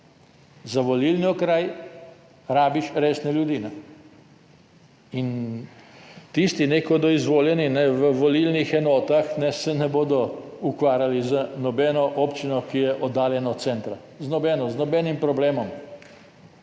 Za volilni okraj rabiš resne ljudi. Tisti, ki bodo izvoljeni v volilnih enotah, se ne bodo ukvarjali z nobeno občino, ki je oddaljena od centra, z nobeno, z nobenim